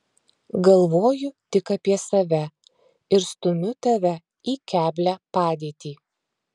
galvoju tik apie save ir stumiu tave į keblią padėtį